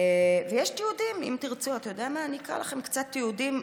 אקרא לכם קצת תיעודים,